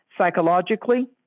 psychologically